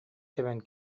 тэбэн